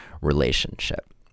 relationship